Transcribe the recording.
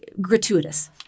gratuitous